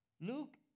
Luke